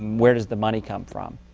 where does the money come from?